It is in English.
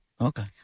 Okay